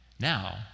Now